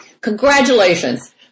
Congratulations